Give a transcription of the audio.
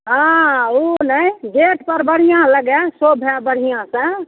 हँ ओ ने गेट पर बढ़िआँ लगए शोभए बढ़िआँसँ